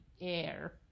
air